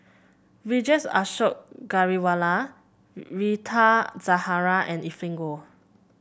Vijesh Ashok Ghariwala Rita Zahara and Evelyn Goh